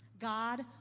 God